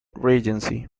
regency